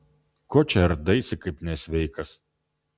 ko čia ardaisi kaip nesveikas